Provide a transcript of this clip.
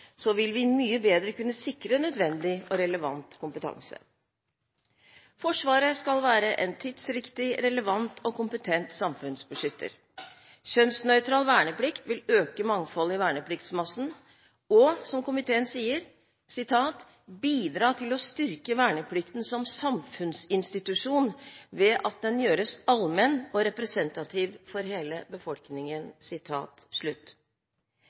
vil vi mye bedre kunne sikre nødvendig og relevant kompetanse. Forsvaret skal være en tidsriktig, relevant og kompetent samfunnsbeskytter. Kjønnsnøytral verneplikt vil øke mangfoldet i vernepliktsmassen, og, som komiteen sier, «bidra til å styrke verneplikten som samfunnsinstitusjon ved at den gjøres allmenn og representativ for hele befolkningen».